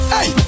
Hey